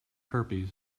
herpes